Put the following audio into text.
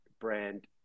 brand